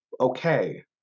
okay